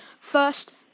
First